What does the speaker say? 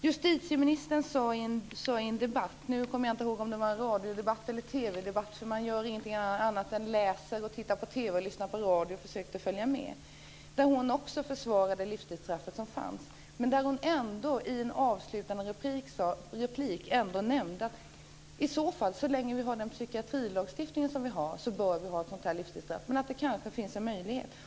Justitieministern sade i en debatt - jag kommer inte ihåg om det var en radiodebatt eller en TV debatt, eftersom man inte gör någonting annat än läser, tittar på TV och lyssnar på radio för att försöka följa med - att hon också försvarar det livstidsstraff som finns. Men i en avslutande replik nämnde hon att så länge som vi har den psykiatrilagstiftning som vi har så bör vi ha ett sådant här livstidsstraff men att det kanske finns en möjlighet.